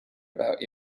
about